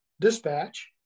dispatch